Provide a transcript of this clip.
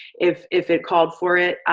if if it called for it,